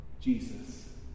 Jesus